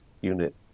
unit